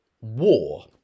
war